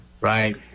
right